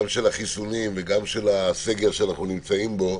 גם של החיסונים וגם של הסגר שאנחנו נמצאים בו,